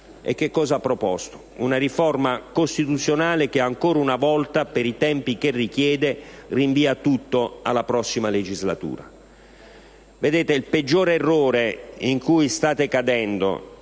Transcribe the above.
E cosa ha proposto? Una riforma costituzionale che ancora una volta, per i tempi che richiede, rinvia tutto alla prossima legislatura. Il peggiore errore in cui state cadendo